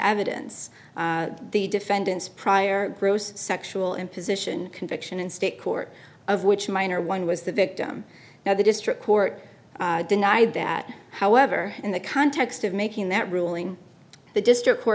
evidence the defendant's prior gross sexual imposition conviction in state court of which minor one was the victim now the district court denied that however in the context of making that ruling the district